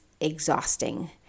exhausting